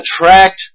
attract